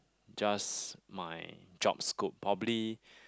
just my jobs scope probably